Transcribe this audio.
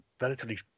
relatively